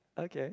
okay